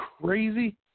crazy